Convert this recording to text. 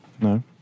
No